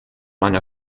einer